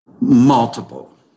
Multiple